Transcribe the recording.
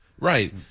Right